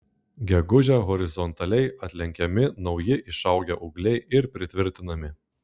gegužę horizontaliai atlenkiami nauji išaugę ūgliai ir pritvirtinami